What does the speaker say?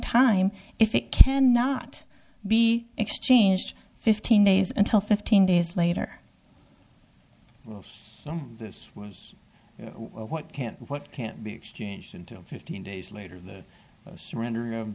time if it can not be exchanged fifteen days until fifteen days later so this was what can what can't be exchanged until fifteen days later the surrender of